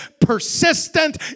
persistent